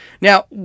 Now